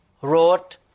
wrote